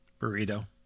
Burrito